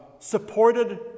supported